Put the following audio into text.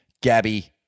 Gabby